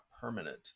permanent